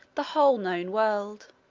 the whole known world.